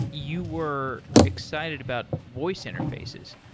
you were excited about voice interfaces.